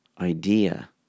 idea